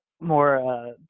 more